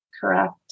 Correct